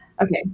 Okay